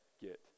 get